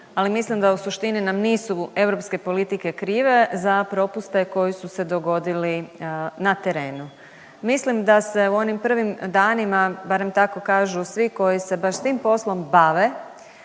ali mislim da u suštini nam nisu europske politike krive za propuste koji su se dogodili na terenu. Mislim da se u onim prvim danima, barem tako kažu svi koji se baš s tim poslom bave,